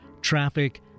traffic